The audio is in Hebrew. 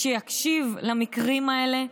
שיקשיב למקרים האלה,